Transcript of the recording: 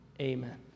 amen